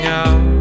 out